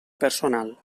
personal